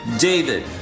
David